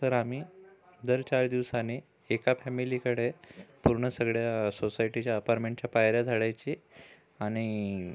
तर आम्ही दर चार दिवसानी एका फॅमिलीकडे पूर्ण सगळ्या सोसायटीच्या अपारमेंटच्या पायऱ्या झाडायची आणि